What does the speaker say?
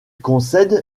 concède